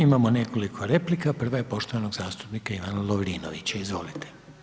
Imamo nekoliko replika, prva je poštovanog zastupnika Ivana Lovrinovića, izvolite.